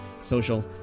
social